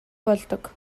болдог